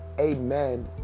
Amen